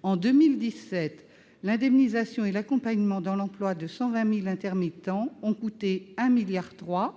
pourtant, l'indemnisation et l'accompagnement dans l'emploi de 120 000 intermittents ont coûté 1,3 milliard d'euros,